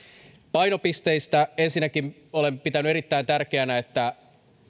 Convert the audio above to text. painopisteistä ensinnäkin olen pitänyt erittäin tärkeänä että